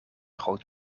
groot